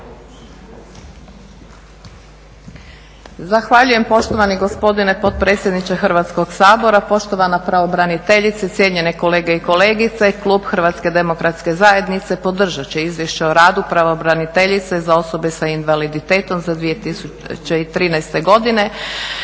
Zahvaljujem poštovani gospodine potpredsjedniče Hrvatskog sabora, poštovana pravobraniteljice, cijenjene kolege i kolegice. Klub Hrvatske demokratske zajednice podržat će izvješće o radu pravobraniteljice za osobe s invaliditetom za 2013. godinu